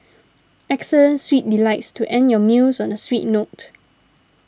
excellent sweet delights to end your meals on a sweet note